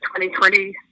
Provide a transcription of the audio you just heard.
2020